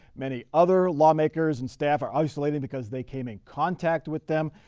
many other lawmakers and staff are isolated because they came in contact with them.